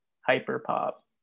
hyper-pop